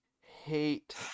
hate